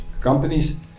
companies